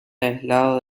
aislado